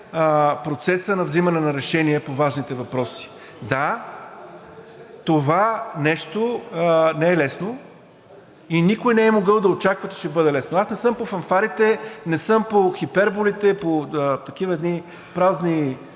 процеса на взимане на решение по важните въпроси. Да, това нещо не е лесно и никой не е могъл да очаква, че ще бъде лесно. Аз не съм по фанфарите, не съм по хиперболите, по едни такива празни,